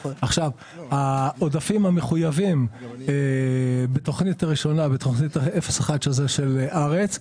העודפים המחויבים בתוכנית הראשונה 01 של הארץ,